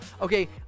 Okay